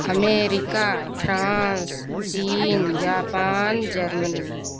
America France China Japan Germany